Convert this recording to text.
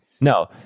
No